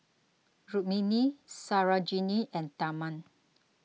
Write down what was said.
Rukmini Sarojini and Tharman